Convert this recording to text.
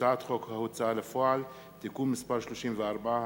הצעת חוק ההוצאה לפועל (תיקון מס' 34),